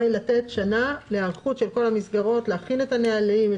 לתת שנה להיערכות של כל המסגרות כדי להכין את הנהלים,